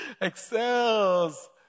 excels